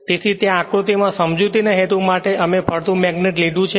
તેથી ત્યાં આ આકૃતિમાં સમજૂતીના હેતુ માટે અમે ફરતું મેગ્નેટ લીધું છે